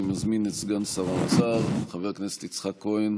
אני מזמין את סגן שר האוצר חבר הכנסת יצחק כהן